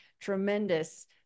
tremendous